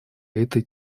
этой